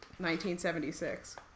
1976